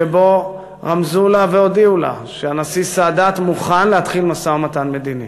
שבו רמזו לה והודיעו לה שהנשיא סאדאת מוכן להתחיל משא-ומתן מדיני.